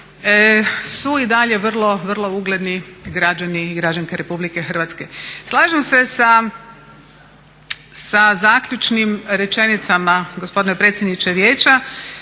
su i dalje vrlo, vrlo ugledni građani i građanke Republike Hrvatske. Slažem se sa zaključnim rečenicama gospodine predsjedniče Vijeća